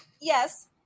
Yes